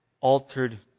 altered